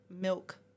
milk